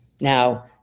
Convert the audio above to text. Now